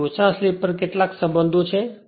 તેથી ઓછા સ્લીપ પર કેટલાક સંબંધો છે